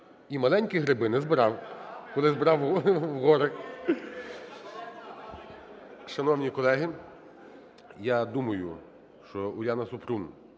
І маленькі гриби не збирав, коли я збирав в горах. Шановні колеги, я думаю, що Уляна Супрун,